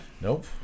Nope